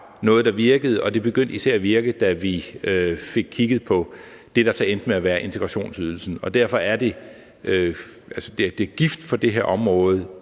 noget, der virkede, og det begyndte især at virke, da vi fik kigget på det, der så endte med at være integrationsydelsen. Altså, det er gift for det her område,